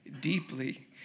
deeply